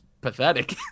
pathetic